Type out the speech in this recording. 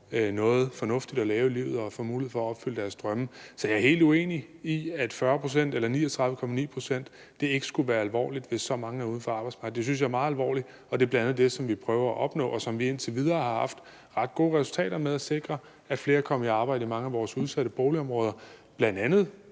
noget fornuftigt at lave i livet og får mulighed for at opfylde deres drømme. Så jeg er helt uenig i, at 40 pct. eller 39,9 pct. ikke skulle være alvorligt, altså hvis så mange er uden for arbejdsmarkedet. Det synes jeg er meget alvorligt. Og det er bl.a. det, som vi prøver, og som vi indtil videre har haft ret gode resultater med, altså at sikre, at flere er kommet i arbejde i mange af vores udsatte boligområder. Det er